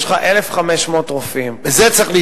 יש לך 1,500 רופאים.